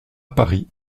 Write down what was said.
paris